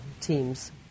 teams